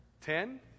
Ten